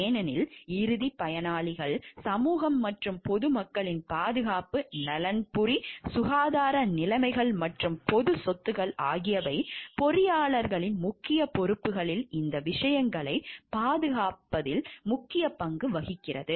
ஏனென்றால் இறுதிப் பயனாளிகள் சமூகம் மற்றும் பொது மக்களின் பாதுகாப்பு நலன்புரி சுகாதார நிலைமைகள் மற்றும் பொதுச் சொத்துக்கள் ஆகியவை பொறியாளர்களின் முக்கிய பொறுப்புகளில் இந்த விஷயங்களைப் பாதுகாப்பதில் முக்கிய பங்கு வகிக்கின்றன